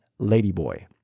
Ladyboy